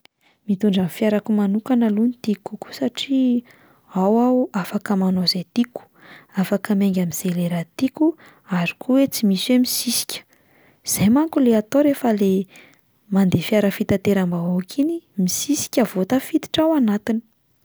Mitondra ny fiarako manokana aloha no tiako kokoa satria ao aho afaka manao izay tiako, afaka miainga amin'izay lera tiako ary koa hoe tsy misy hoe misisika, zay manko ilay ata rehefa le mandeha fiara fitateram-bahoaka iny misisika vao tafiditra ao anatiny.